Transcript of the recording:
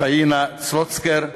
פאינה סלוצקר,